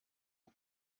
dem